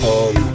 on